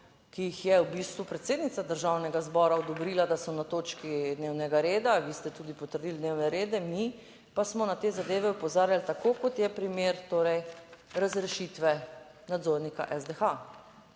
ki jih je v bistvu predsednica Državnega zbora odobrila, da so na točki dnevnega reda? Vi ste tudi potrdili dnevne rede, mi pa smo na te zadeve opozarjali tako kot je primer torej razrešitve nadzornika SDH.